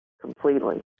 completely